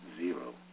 zero